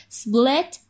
split